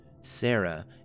Sarah